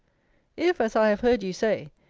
if, as i have heard you say,